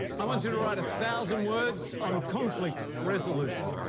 i want you to write a thousand words on conflict resolution,